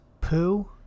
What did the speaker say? poo